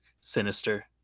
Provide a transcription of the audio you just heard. Sinister